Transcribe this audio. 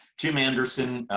jim anderson,